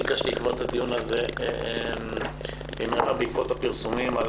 ביקשתי לקבוע את הדיון הזה במהרה בעקבות הפרסומים על